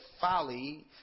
folly